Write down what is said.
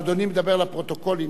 אבל אדוני מדבר לפרוטוקולים,